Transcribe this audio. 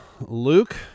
Luke